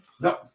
no